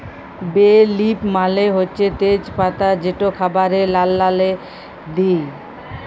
বে লিফ মালে হছে তেজ পাতা যেট খাবারে রাল্লাল্লে দিই